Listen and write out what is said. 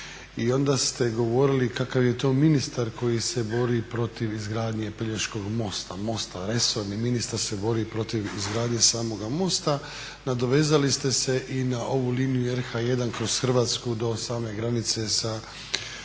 I onda ste govorili kakav je to ministar koji se bori protiv izgradnje Pelješkog mosta, mosta, resorni ministar se bori protiv izgradnje samoga mosta. Nadovezali ste se i na ovu liniju RH 1 kroz Hrvatsku do same granice sa Republikom